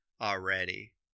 already